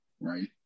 Right